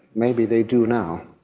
maybe they do now.